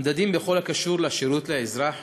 המדדים בכל הקשור לשירות לאזרח